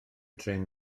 trên